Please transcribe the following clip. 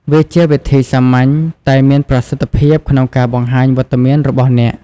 វាជាវិធីសាមញ្ញតែមានប្រសិទ្ធភាពក្នុងការបង្ហាញវត្តមានរបស់អ្នក។